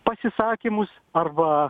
pasisakymus arba